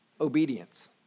Obedience